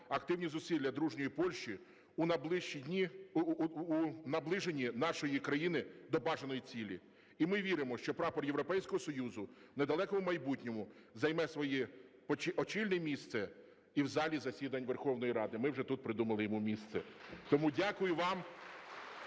активні зусилля дружньої Польщі у наближені нашої країни до бажаної цілі і ми віримо, що прапор Європейського Союзу в недалекому майбутньому займе своє очільне місце і в залі засідань Верховної Ради, ми вже тут придумали йому місце. Тому дякую вам.